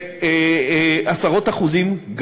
בעשרות אחוזים,